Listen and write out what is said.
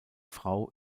frau